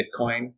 Bitcoin